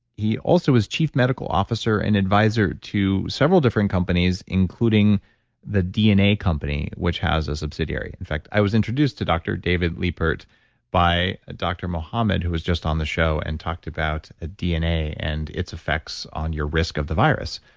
he also was chief medical officer and advisor to several different companies, including the dna company, which has a subsidiary. in fact, i was introduced to dr. david liepert by ah dr. mohammed, who was just on the show and talked about ah dna and its effects on your risk of the virus.